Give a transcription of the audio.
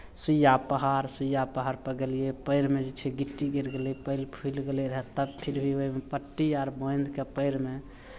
सुइया पहाड़ सुइया पहाड़पर गेलियै पएरमे जे छै गिट्टी गड़ि गेलै पएर फुलि गेलै रहए तब फिर भी ओहिमे पट्टी आर बान्धि कऽ पएरमे